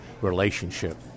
relationship